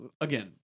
Again